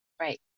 Right